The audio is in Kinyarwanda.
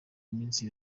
iminsi